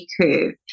curve